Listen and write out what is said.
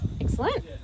Excellent